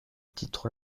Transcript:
titre